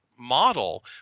model